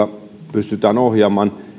pystytään ohjaamaan